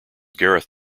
gareth